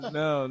no